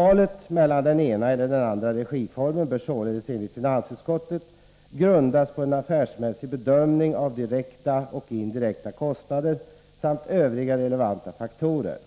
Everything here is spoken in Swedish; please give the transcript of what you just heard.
Valet mellan den ena eller den andra regiformen bör således enligt finansutskottet grundas på en affärsmässig bedömning av direkta och indirekta kostnader samt övriga relevanta faktorer.